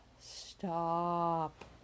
Stop